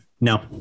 no